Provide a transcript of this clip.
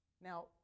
Now